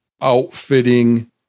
outfitting